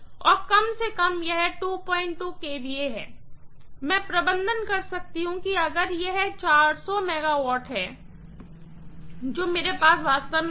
और कम से कम यह 22 kVA है मैं प्रबंधन कर सकता हूं अगर यह 400 MW है तो मेरे पास वास्तव में था